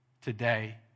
today